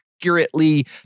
accurately